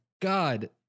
God